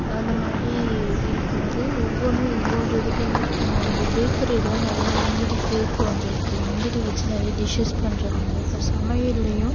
அந்தமாதிரி இருக்கும்போது ஒவ்வொன்றும் ஒவ்வொரு இதுக்கு இதுக்கு யூஸ் பண்ணுவாங்க இப்போ பேக்கரியில நிறையா முந்திரி கேக் வந்துருக்கு முந்திரி வச்சி நிறையா டிஷ்ஷஸ் பண்ணுறாங்க இப்போ சமையல்லையும்